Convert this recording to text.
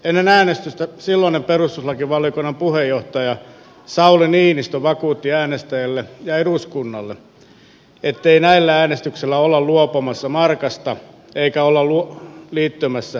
ennen äänestystä silloinen perustuslakivaliokunnan puheenjohtaja sauli niinistö vakuutti äänestäjille ja eduskunnalle ettei näillä äänestyksillä olla luopumassa markasta eikä olla liittymässä euromaiden joukkoon